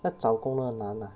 要找工很难 lah